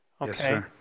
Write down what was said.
Okay